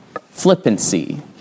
flippancy